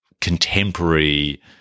contemporary